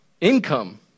income